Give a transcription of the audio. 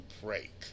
break